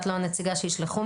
כי הם טוענים שאת הנציגה.